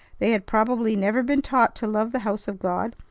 they had probably never been taught to love the house of god,